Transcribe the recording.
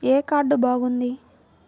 ఏ card బాగుంది?